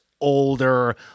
older